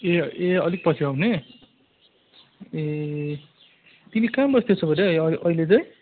ए ए अलिक पछि आउने ए तिमी कहाँ बस्दैछौ अरे अहि अहिले चाहिँ